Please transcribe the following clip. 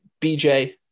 BJ